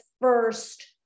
first